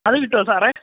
അത് കിട്ടുമോ സാറേ